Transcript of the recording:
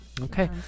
Okay